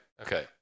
okay